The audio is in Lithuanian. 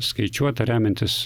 skaičiuota remiantis